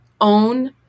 own